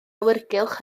awyrgylch